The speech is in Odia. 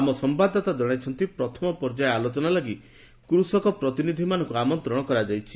ଆମ ସମ୍ଭାଦଦାତା ଜଣାଇଛନ୍ତି ପ୍ରଥମ ପର୍ଯ୍ୟାୟ ଆଲୋଚନା ଲାଗି କୃଷକ ପ୍ରତିନିଧିମାନଙ୍କୁ ଆମନ୍ତ୍ରଣ କରାଯାଇଛି